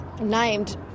named